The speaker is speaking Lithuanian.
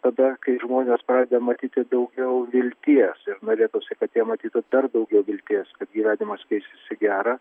tada kai žmonės pradeda matyti daugiau vilties ir norėtųsi kad jie matytų dar daugiau vilties kad gyvenimas visai gera